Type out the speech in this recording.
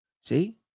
See